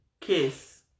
kiss